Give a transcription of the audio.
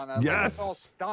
Yes